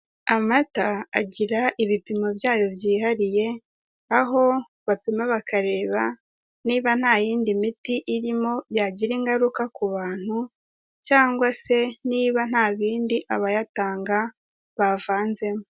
Amata agira ibipimo byayo byihariye, aho bapima bakareba niba nta yindi miti irimo yagira ingaruka ku bantu cyangwa se niba nta bindi abayatanga bavanzemo.